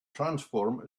transform